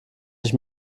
ich